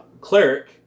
cleric